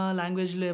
language